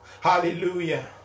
Hallelujah